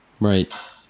right